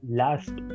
last